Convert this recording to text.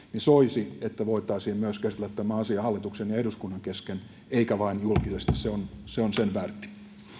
soisi että voitaisiin myös käsitellä tämä asia hallituksen ja eduskunnan kesken eikä vain julkisesti se on se on sen väärti